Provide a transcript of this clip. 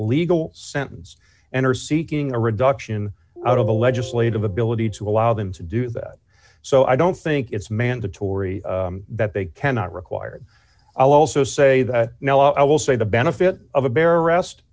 legal sentence and are seeking a reduction out of the legislative ability to allow them to do that so i don't think it's mandatory that they cannot required i'll also say that now i will say the benefit of a bare arrest